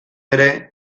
ere